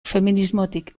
feminismotik